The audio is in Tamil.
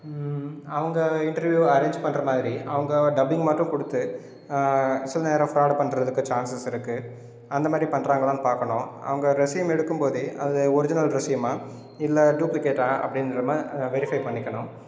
அவங்க இன்டெர்வியூ அரேஞ் பண்ணுற மாதிரி அவங்க டப்பிங் மட்டும் கொடுத்து சில நேரம் ஃபிராடு பண்ணுறதுக்கு சான்சஸ் இருக்குது அந்தமாதிரி பண்ணுறாங்களான்னு பார்க்கணும் அவங்க ரெஸ்யூம் எடுக்கும் போதே அது ஒரிஜினல் ரெஸ்யூமா இல்லை டூப்ளிகேட்டா அப்படின்ற மாதிரி நம்ம வெரிஃபை பண்ணிக்கணும்